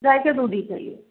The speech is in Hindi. गाय का दूध ही चाहिए